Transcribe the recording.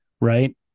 right